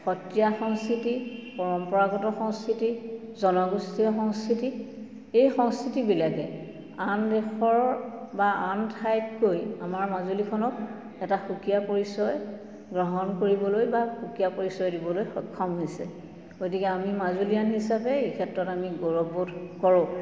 সত্ৰীয়া সংস্কৃতি পৰম্পৰাগত সংস্কৃতি জনগোষ্ঠীয় সংস্কৃতি এই সংস্কৃতিবিলাকে আন দেশৰ বা আন ঠাইতকৈ আমাৰ মাজুলীখনক এটা সুকীয়া পৰিচয় গ্ৰহণ কৰিবলৈ বা সুকীয়া পৰিচয় দিবলৈ সক্ষম হৈছে গতিকে আমি মাজুলীয়ান হিচাপে এই ক্ষেত্ৰত আমি গৌৰৱোধ কৰোঁ